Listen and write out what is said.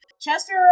Chester